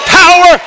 power